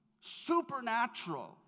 supernatural